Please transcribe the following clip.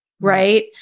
right